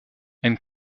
and